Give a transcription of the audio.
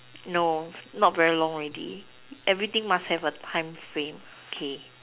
no not very long already everything must have time frame okay